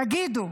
תגידו,